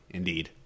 indeed